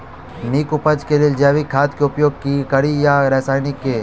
नीक उपज केँ लेल जैविक खाद केँ उपयोग कड़ी या रासायनिक केँ?